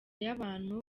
y’abantu